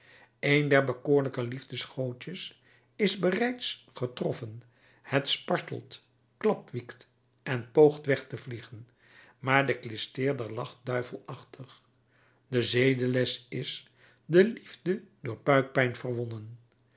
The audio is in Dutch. een der bekoorlijke liefdegoodjes is bereids getroffen het spartelt klapwiekt en poogt weg te vliegen maar de klisteerder lacht duivelachtig de zedenles is de liefde door buikpijn verwonnen